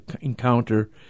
encounter